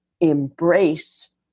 embrace